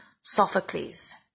Sophocles